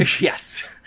yes